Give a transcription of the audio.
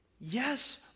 Yes